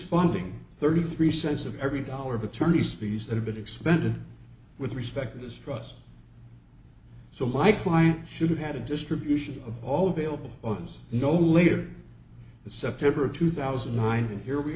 funding thirty three cents of every dollar of attorney species that have been expended with respect to distrust so my client should have had a distribution of all available funds no later than september two thousand and nine and here we